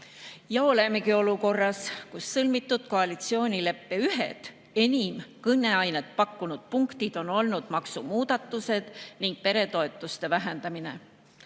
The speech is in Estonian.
Ja olemegi olukorras, kus sõlmitud koalitsioonileppe ühed enim kõneainet pakkunud punktid on olnud maksumuudatused ning peretoetuste vähendamine.